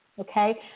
Okay